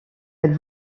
elle